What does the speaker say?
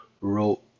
wrote